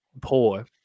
poor